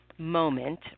Moment